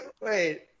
Wait